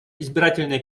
избирательная